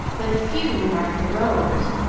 but few marked the rowers,